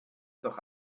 doch